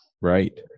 Right